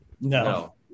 No